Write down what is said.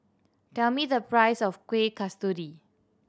tell me the price of Kuih Kasturi